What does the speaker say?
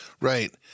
Right